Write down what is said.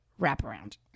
wraparound